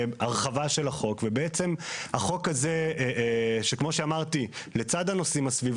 וכיום הרחבת החוק גם על קמעונאי שאינו גדול מהווה מכה נוספת.